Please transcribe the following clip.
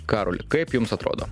karoli kaip jums atrodo